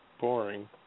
boring